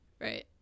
right